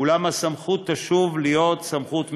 אולם הסמכות תשוב להיות סמכות מינהלית.